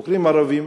חוקרים ערבים.